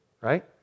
Right